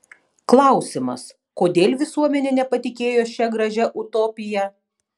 klausimas kodėl visuomenė nepatikėjo šia gražia utopija